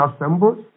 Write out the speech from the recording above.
assembled